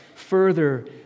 further